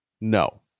No